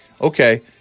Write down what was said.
Okay